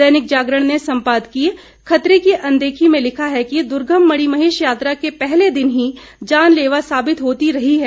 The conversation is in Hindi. दैनिक जागरण ने सम्पादीय खतरे की अनदेखी में लिखा है कि दुर्गम मणिमहेश यात्रा के पहले दिन ही जानलेवा साबित होती रही है